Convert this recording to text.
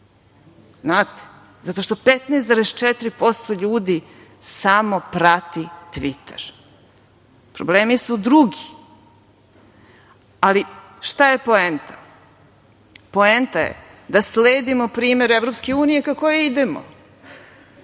zato što 15,4% ljudi samo prati „Tviter“. Problemi su drugi. Šta je poenta? Poenta je da sledimo primer EU ka kojoj idemo.